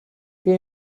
que